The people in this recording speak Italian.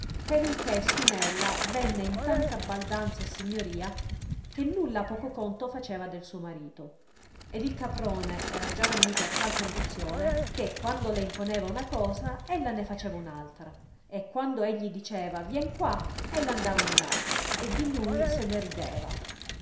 per il che spinella venne in tanta baldanza e signorìa che nulla poco conto faceva del suo marito ed il caprone era già venuto a tal condizione che quando le imponeva una cosa ella ne faceva un'altra e quando egli diceva vien qua ella andava in là e di lui se ne rideva